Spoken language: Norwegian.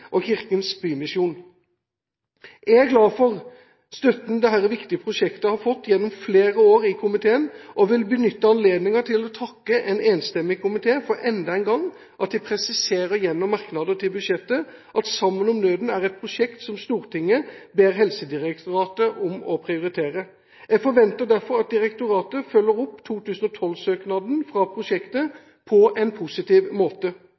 og Kirkens Bymisjon. Jeg er glad for støtten dette viktige prosjektet har fått gjennom flere år i komiteen, og vil benytte anledningen til å takke en enstemmig komité for at den enda en gang presiserer gjennom merknader til budsjettet at «Sammen om nøden» er et prosjekt som Stortinget ber Helsedirektoratet om å prioritere. Jeg forventer derfor at direktoratet følger opp 2012-søknaden fra prosjektet på en positiv måte.